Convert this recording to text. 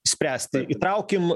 spręsti įtraukim